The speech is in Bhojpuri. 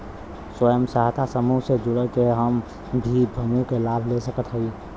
स्वयं सहायता समूह से जुड़ के हम भी समूह क लाभ ले सकत हई?